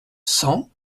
cent